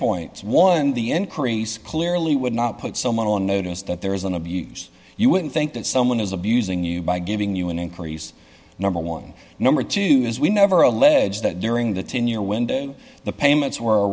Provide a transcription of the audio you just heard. points one the increase clearly would not put someone on notice that there is an abuse you wouldn't think that someone is abusing you by giving you an increase number one number two is we never allege that during the ten year window the payments were